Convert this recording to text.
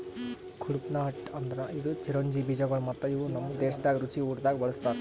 ಕಡ್ಪಾಹ್ನಟ್ ಅಂದುರ್ ಇದು ಚಿರೊಂಜಿ ಬೀಜಗೊಳ್ ಮತ್ತ ಇವು ನಮ್ ದೇಶದಾಗ್ ರುಚಿ ಊಟ್ದಾಗ್ ಬಳ್ಸತಾರ್